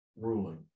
ruling